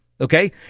Okay